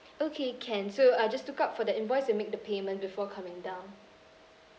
okay can so uh just look out for the invoice to make the payment before coming down